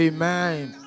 Amen